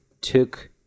took